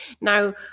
Now